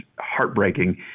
heartbreaking